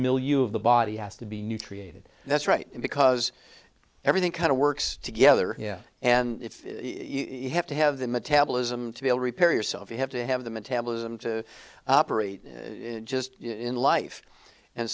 milieu of the body has to be new created that's right because everything kind of works together and if you have to have the metabolism to be able repair yourself you have to have the metabolism to operate just in life and